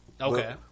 Okay